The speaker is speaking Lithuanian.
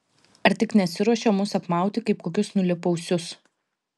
ar tik nesiruošia mus apmauti kaip kokius nulėpausius